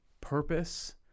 purpose